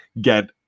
get